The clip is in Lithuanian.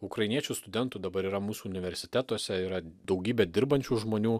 ukrainiečių studentų dabar yra mūsų universitetuose yra daugybė dirbančių žmonių